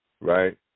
right